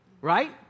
Right